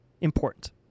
important